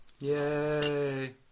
Yay